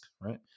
right